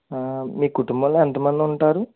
మీ కుటుంభంలో ఎంత మంది ఉంటారు